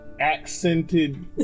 accented